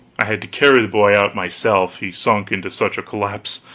i had to carry the boy out myself, he sunk into such a collapse.